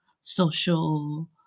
social